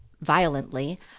violently